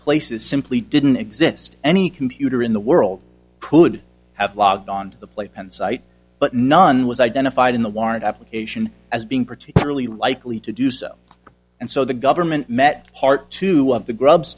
places simply didn't exist any computer in the world could have logged on to the playpen site but none was identified in the warrant application as being particularly likely to do so and so the government met part two of the grubs